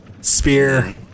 Spear